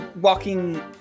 walking